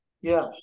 Yes